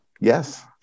Yes